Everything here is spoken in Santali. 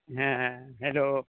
ᱦᱮᱸ ᱦᱮᱸ ᱦᱮᱞᱳ